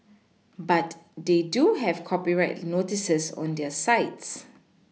but they do have copyright notices on their sites